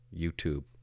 YouTube